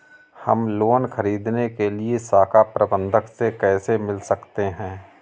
हम लोन ख़रीदने के लिए शाखा प्रबंधक से कैसे मिल सकते हैं?